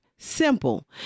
Simple